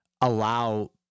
allow